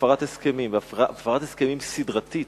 בהפרת הסכמים, הפרת הסכמים סדרתית,